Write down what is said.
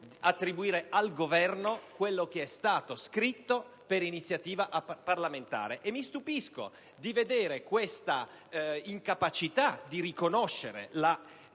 attribuendogli quanto è stato scritto per iniziativa parlamentare. E mi stupisco di vedere questa incapacità di riconoscere